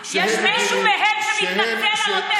יש מישהו מהם שמתנצל על עוטף עזה?